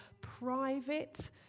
private